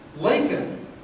Lincoln